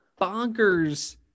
bonkers